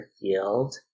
field